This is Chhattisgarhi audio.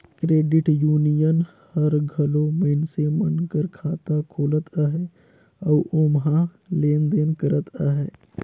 क्रेडिट यूनियन हर घलो मइनसे मन कर खाता खोलत अहे अउ ओम्हां लेन देन करत अहे